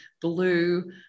blue